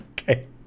Okay